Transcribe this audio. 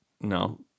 No